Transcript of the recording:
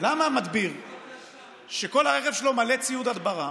שכל הרכב שלו מלא ציוד הדברה,